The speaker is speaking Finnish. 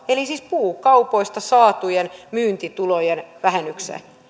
eli siis puukaupoista saatujen myyntitulojen vähennykseen